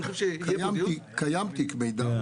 ואני חושב -- קיים תיק מידע.